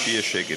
ושיהיה שקט,